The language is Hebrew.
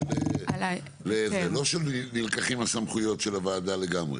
לא שנלקחות הסמכויות של הוועדה לגמרי?